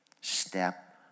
Step